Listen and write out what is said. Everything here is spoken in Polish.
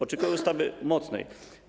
Oczekuję ustawy mocnej.